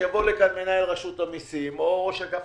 שיבוא לכאן מנהל רשות המיסים או ראש אגף